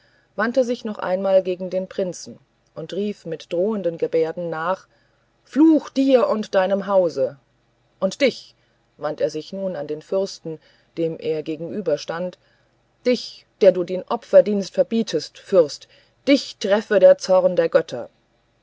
wandte sich noch einmal gegen den prinzen und rief ihm mit drohenden geberden nach fluch dir und deinem hause und dich wandte er sich nun an den fürsten dem er gerade gegenüberstand dich der du den opferdienst verbietest fürst dich treffe der zorn der götter